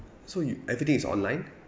so you everything is online